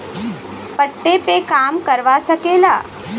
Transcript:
पट्टे पे काम करवा सकेला